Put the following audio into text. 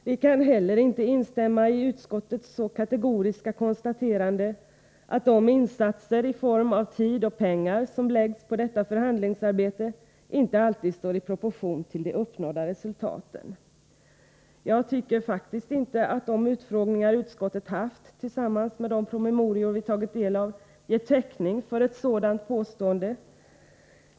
Vi kan inte heller instämma i utskottets så kategoriska konstaterande att de insatser i form av tid och pengar som läggs ned på detta förhandlingsarbete inte alltid står i proportion till de uppnådda resultaten. Jag tycker inte att de utfrågningar utskottet har haft och de promemorior som utskottet tagit del av ger täckning för ett sådant påstående.